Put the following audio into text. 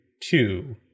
two